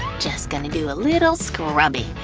just gonna do a little scrubbing,